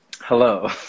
hello